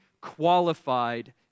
qualified